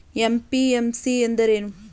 MPMC ಎಂದರೇನು?